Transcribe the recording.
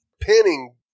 pinning